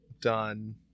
done